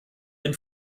dem